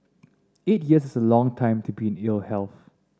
eight years is a long time to be in ill health